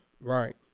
Right